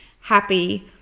happy